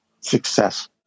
success